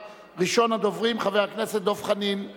6373, 6376,